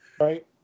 Right